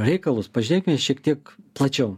reikalus pažiūrėkime šiek tiek plačiau